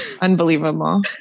Unbelievable